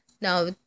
Now